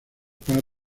para